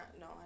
No